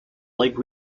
like